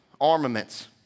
armaments